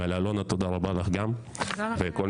אלונה, תודה רבה לך, ותודה לכל